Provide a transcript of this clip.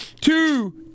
two